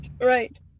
right